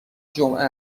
جمعه